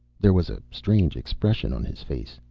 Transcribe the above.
there was a strange expression on his face.